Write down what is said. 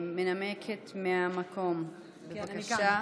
מנמקת מהמקום, בבקשה.